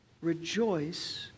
Rejoice